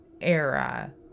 era